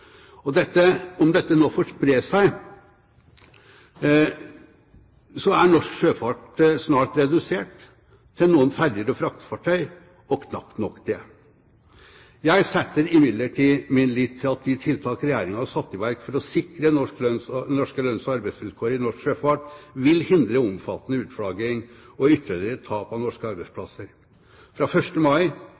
Om dette nå får spre seg, er norsk sjøfart snart redusert til noen ferjer og fraktefartøy – og knapt nok det. Jeg setter imidlertid min lit til at de tiltak Regjeringen har satt i verk for å sikre norske lønns- og arbeidsvilkår i norsk sjøfart, vil hindre omfattende utflagging og ytterligere tap av norske arbeidsplasser. Fra 1. mai